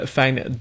fijne